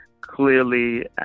clearly